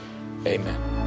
Amen